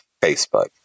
Facebook